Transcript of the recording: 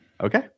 Okay